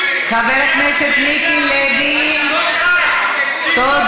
חבר הכנסת מיקי לוי, תודה.